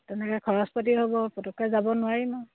তেনেকে খৰচ পাতি হ'ব পটকে যাব নোৱাৰি ন